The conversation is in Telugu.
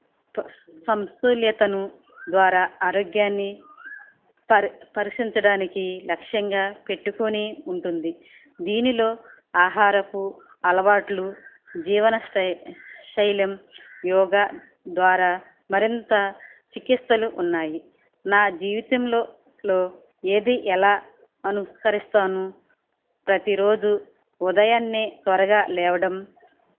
సమతుల్యతను ద్వారా ఆరోగ్యాన్ని పరిశీలించడానికి లక్ష్యంగా పెట్టుకొని ఉంటుంది దీనిలో ఆహారపు అలవాట్లు జీవనశైలి యోగా ద్వారా మరింత చికిత్సలు ఉన్నాయి నా జీవితంలో ఏది ఎలా అనుసరిస్తాను ప్రతిరోజు ఉదయాన్నే త్వరగా లేవడం